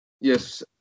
Yes